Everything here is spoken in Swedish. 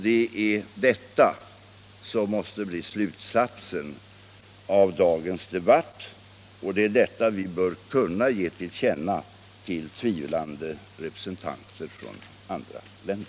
Det är detta som måste bli slutsatsen av dagens debatt, och det är detta vi bör kunna ge till känna till tvivlande representanter från andra länder.